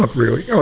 but really,